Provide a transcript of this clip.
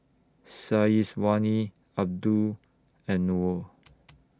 Syazwani Abdul and Noah